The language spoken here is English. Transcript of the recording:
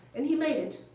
and he made it.